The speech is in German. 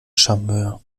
charmeur